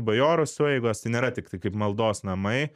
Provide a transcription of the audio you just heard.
bajorų sueigos tai nėra tiktai kaip maldos namai